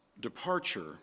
departure